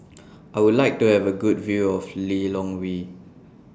I Would like to Have A Good View of Lilongwe